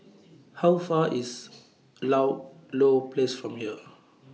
How Far IS Ludlow Place from here